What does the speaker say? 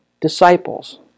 disciples